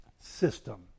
System